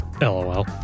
Lol